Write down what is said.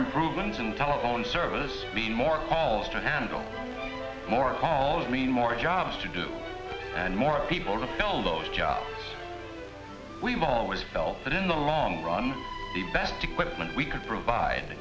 improvements in telephone service mean more calls to handle more calls mean more jobs to do and more people to fill those jobs we've always felt that in the long run the best equipment we could provide